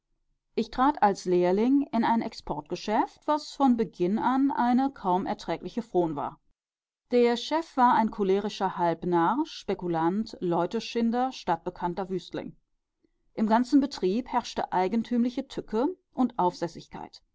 ich trat als lehrling in ein exportgeschäft was von beginn an eine kaum erträgliche fron war der chef war ein cholerischer halbnarr spekulant leuteschinder stadtbekannter wüstling im ganzen betrieb herrschte eigentümliche tücke und